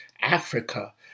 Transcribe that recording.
Africa